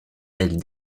elle